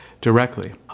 directly